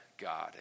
God